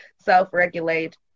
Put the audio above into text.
self-regulate